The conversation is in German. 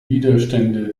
widerstände